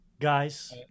Guys